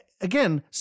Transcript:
again